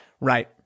right